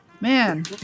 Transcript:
man